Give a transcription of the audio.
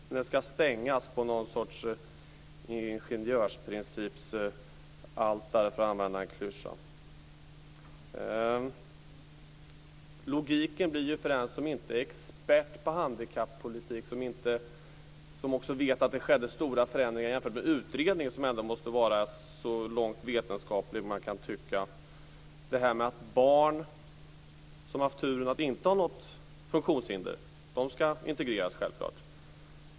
Men den ska stängas, offras på någon sorts ingenjörsprincipsaltare, för att använda en klyscha. Logiken är svår att se för den som inte är expert på handikappolitik, för den som vet att det skedde stora förändringar jämfört med utredningen, som ändå måste vara vetenskaplig så långt man kan tänka sig. Barn som haft turen att inte ha något funktionshinder ska självklart integreras.